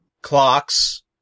clocks